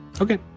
Okay